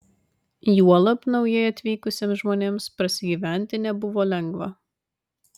juolab naujai atvykusiems žmonėms prasigyventi nebuvo lengva